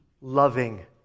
loving